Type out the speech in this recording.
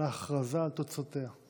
ולהכרזה על תוצאותיה.